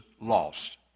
lost